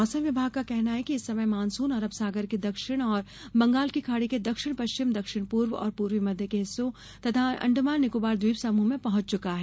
मौसम विभाग का कहना है कि इस समय मॉनसून अरब सागर के दक्षिण और बंगाल की खाड़ी के दक्षिण पश्चिम दक्षिण पूर्व और पूर्वी मध्य के हिस्सों तथा अंडमान निकोबार ट्वीप समूह में पहुंच चुका है